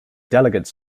delegates